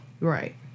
Right